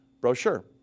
brochure